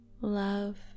Love